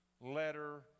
letter